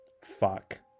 Fuck